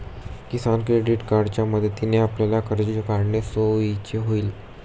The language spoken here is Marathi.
किसान क्रेडिट कार्डच्या मदतीने आपल्याला कर्ज काढणे सोयीचे होईल